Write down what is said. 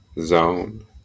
zone